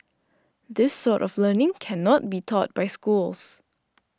this sort of learning cannot be taught by schools